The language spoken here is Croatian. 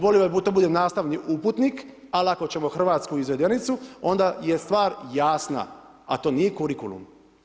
Volio bih da to bude nastavni uputnik, ali ako ćemo hrvatsku izvedenicu onda je stvar jasna a to nije kurikulum.